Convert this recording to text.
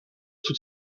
toute